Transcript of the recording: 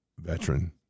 veteran